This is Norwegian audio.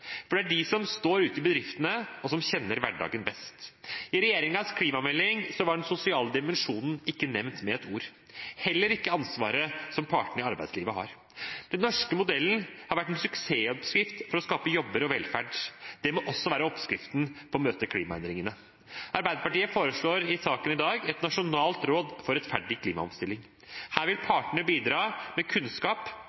for det er de som står ute i bedriftene og kjenner hverdagen best. I regjeringens klimamelding var den sosiale dimensjonen ikke nevnt med et ord, heller ikke ansvaret som partene i arbeidslivet har. Den norske modellen har vært en suksessoppskrift for å skape jobber og velferd. Det må også være oppskriften for å møte klimaendringene. Arbeiderpartiet foreslår i saken i dag et nasjonalt råd for rettferdig klimaomstilling. Her vil